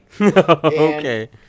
Okay